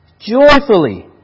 joyfully